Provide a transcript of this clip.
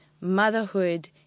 motherhood